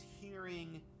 hearing